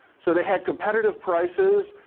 so, they had competitive prices,